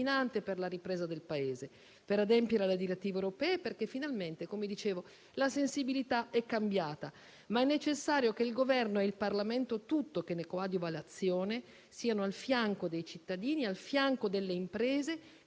per la ripresa del Paese, per adempiere alle direttive europee e perché finalmente, come dicevo, la sensibilità è cambiata. È tuttavia necessario che il Governo e il Parlamento tutto, che ne coadiuva l'azione, siano al fianco dei cittadini e delle imprese,